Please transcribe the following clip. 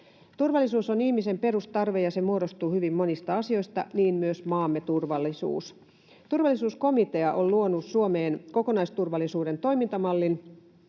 Turvallisuus on ihmisen perustarve, ja se muodostuu hyvin monista asioista, niin myös maamme turvallisuus. Turvallisuuskomitea on luonut Suomeen kokonaisturvallisuuden toimintamallin,